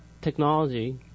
technology